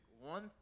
one